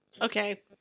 Okay